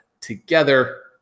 together